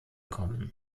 kommen